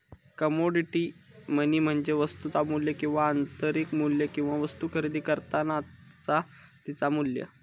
commodity money म्हणजे वस्तुचा मू्ल्य किंवा आंतरिक मू्ल्य किंवा वस्तु खरेदी करतानाचा तिचा मू्ल्य